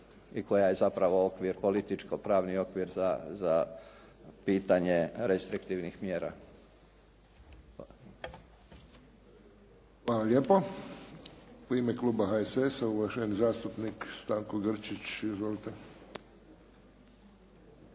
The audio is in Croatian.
i koja je zapravo političko-pravni okvir za pitanje restriktivnih mjera. Hvala. **Friščić, Josip (HSS)** Hvala lijepo. U ime kluba HSS-a uvaženi zastupnik Stanko Grčić. Izvolite.